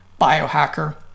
biohacker